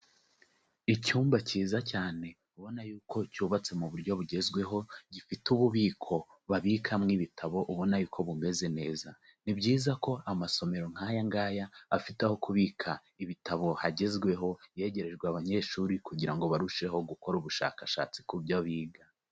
Icyumba cyiza cyane ubona y'uko cyubatse mu buryo bugezweho gifite ububiko babikamo ibitabo ubona ko bumeze neza, ni byiza ko amasomero nk'aya ngaya afite aho kubika ibitabo hagezweho yegerejwe abanyeshuri kugira ngo barusheho gukora ubushakashatsi ku byo biga.